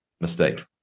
mistake